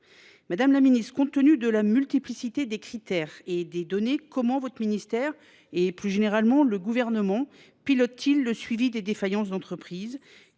Madame la ministre, compte tenu de la multiplicité des critères et des données, comment votre ministère et plus généralement le gouvernement pilotent-ils le suivi des défaillances d'entreprises ?